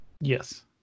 Yes